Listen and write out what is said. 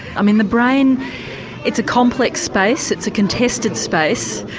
i mean the brain it's a complex space, it's a contested space,